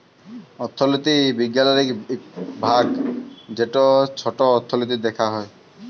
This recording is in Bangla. অথ্থলিতি বিজ্ঞালের ইক ভাগ যেট ছট অথ্থলিতি দ্যাখা হ্যয়